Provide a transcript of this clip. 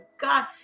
God